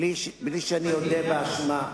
בלי שאני אודה באשמה,